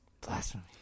Blasphemy